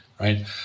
right